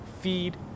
Feed